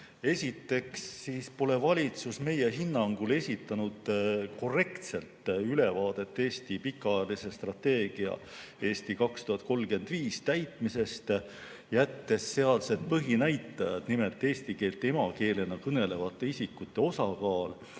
Esiteks pole valitsus meie hinnangul esitanud korrektset ülevaadet pikaajalise strateegia "Eesti 2035" täitmisest, jättes sealsed põhinäitajad, nimelt eesti keelt emakeelena kõnelevate isikute osakaal